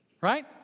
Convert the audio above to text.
Right